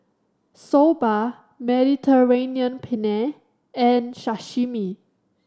Soba Mediterranean Penne and Sashimi